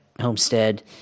homestead